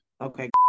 Okay